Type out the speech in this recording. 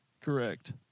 Correct